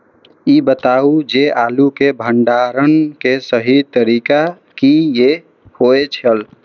ई बताऊ जे आलू के भंडारण के सही तरीका की होय छल?